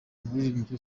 umuririmbyi